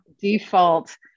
default